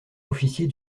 officier